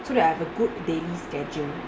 so that I have a good daily schedule